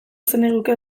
zeniguke